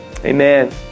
Amen